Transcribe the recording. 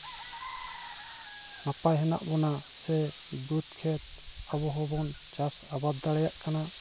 ᱱᱟᱯᱟᱭ ᱦᱮᱱᱟᱜ ᱵᱚᱱᱟ ᱥᱮ ᱵᱟᱹᱫᱽ ᱠᱷᱮᱛ ᱟᱵᱚ ᱦᱚᱸᱵᱚᱱ ᱪᱟᱥ ᱟᱵᱟᱫᱽ ᱫᱟᱲᱮᱭᱟᱜ ᱠᱟᱱᱟ